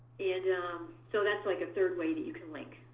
and um so that's like a third way that you can link.